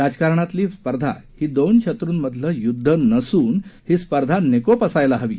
राजकारणातली स्पर्धा ही दोन शत्रूमधलं युद्ध नसून ही स्पर्धा निकोप असायला हवी